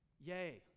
Yay